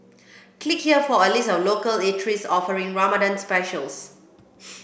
click here for a list of local eateries offering Ramadan specials